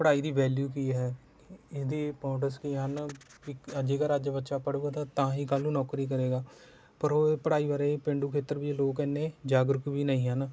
ਪੜ੍ਹਾਈ ਦੀ ਵੈਲੀਊ ਕੀ ਹੈ ਇਹਦੀ ਇੰਮਪੋਰਟੈਂਸ ਕੀ ਹਨ ਵੀ ਅ ਜੇਕਰ ਅੱਜ ਬੱਚਾ ਪੜ੍ਹੇਗਾ ਤਾਂ ਤਾਂ ਹੀ ਕੱਲ੍ਹ ਨੂੰ ਨੌਕਰੀ ਕਰੇਗਾ ਪਰ ਉਹ ਪੜ੍ਹਾਈ ਬਾਰੇ ਪੇਂਡੂ ਖੇਤਰ ਵਿੱਚ ਲੋਕ ਐਨੇੋ ਜਾਗਰੂਕ ਵੀ ਨਹੀਂ ਹਨ